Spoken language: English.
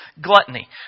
gluttony